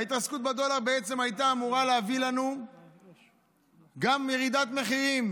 ההתרסקות של הדולר בעצם הייתה אמורה להביא לנו גם ירידת מחירים,